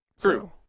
True